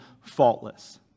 faultless